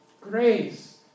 grace